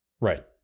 Right